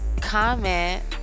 comment